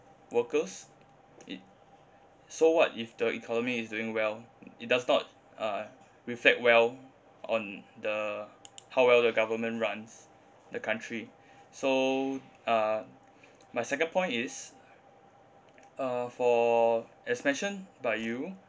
workers it so what if the economy is doing well it does not uh reflect well on the how well the government runs the country so ah my second point is uh for as mentioned by you